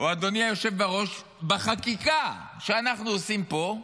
אדוני היושב בראש, או בחקיקה שאנחנו עושים פה,